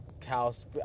cows